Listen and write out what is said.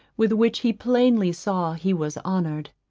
with which he plainly saw he was honoured.